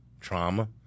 trauma